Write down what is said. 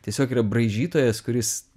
tiesiog yra braižytojas kuris